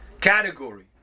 category